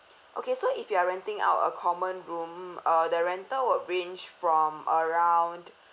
okay so if you are renting out a common room uh the rental would range from around